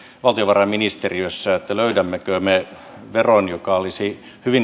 valtiovarainministeriössä löydämmekö me veron joka olisi